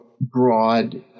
broad